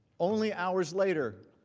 only hours later